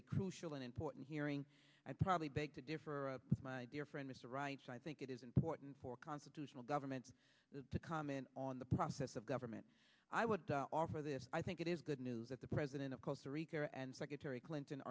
a crucial and important hearing i probably beg to differ with my dear friend i think it is important for constitutional government to comment on the process of government i would offer this i think it is good news that the president of costa rica and secretary clinton